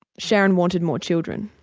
sharon wanted more children.